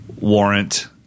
Warrant